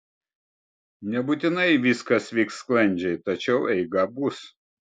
nebūtinai viskas vyks sklandžiai tačiau eiga bus